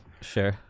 sure